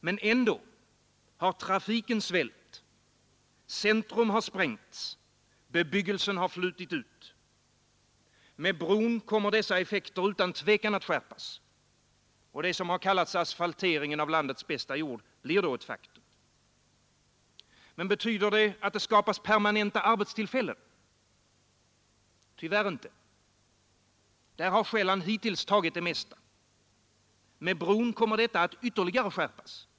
Men ändå har trafiken svällt, centrum sprängts och bebyggelsen flutit ut. Med bron kommer dessa effekter utan tvivel att skärpas. Det som kallats asfalteringen av landets bästa jord blir då ett faktum. Men betyder det att det skapas permanenta arbetstillfällen? Tyvärr inte. Där har Själland hittills tagit det mesta. Med bron kommer detta att ytterligare skärpas.